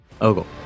Ogle